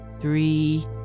three